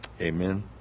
amen